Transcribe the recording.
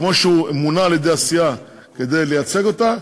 כמו שהוא מונה על-ידי הסיעה כדי לייצג אותה,